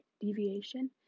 deviation